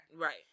Right